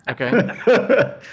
Okay